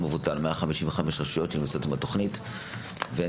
155 רשויות נמצאות בתוכנית, וזה לא מספר מבוטל.